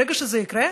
ברגע שזה יקרה,